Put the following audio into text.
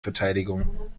verteidigung